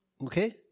Okay